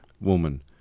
woman